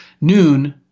noon